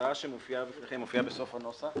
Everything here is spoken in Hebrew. ההצעה שמופיעה בפניכם מופיעה בסוף הנוסח,